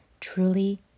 Truly